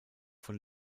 von